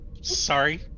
Sorry